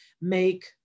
make